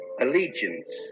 Allegiance